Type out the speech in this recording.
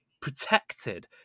protected